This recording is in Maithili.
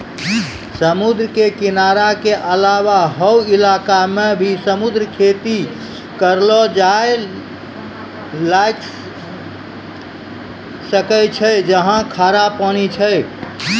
समुद्र के किनारा के अलावा हौ इलाक मॅ भी समुद्री खेती करलो जाय ल सकै छै जहाँ खारा पानी छै